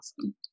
awesome